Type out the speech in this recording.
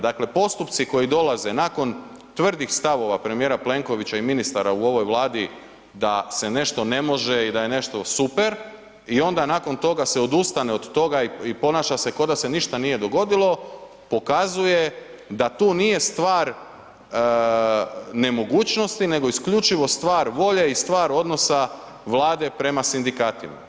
Dakle, postupci koji dolaze nakon tvrdih stavova premijera Plenkovića i ministara u ovoj Vladi da se nešto ne može i da je nešto super i onda nakon toga se odustane od toga i ponaša se kao da se ništa nije dogodilo, pokazuje da tu nije stvar nemogućnosti nego isključivo stvar volje i stvar odnosa Vlade prema sindikatima.